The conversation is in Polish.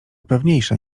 pewniejsze